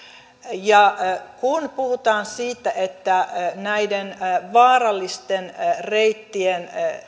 kun puhutaan siitä että näiden vaarallisten reittien